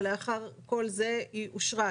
ולאחר כל זה היא אושרה.